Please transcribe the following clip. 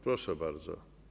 Proszę bardzo.